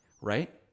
right